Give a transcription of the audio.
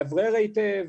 לאוורר היטב,